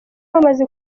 bamaze